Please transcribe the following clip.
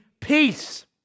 peace